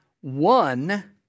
one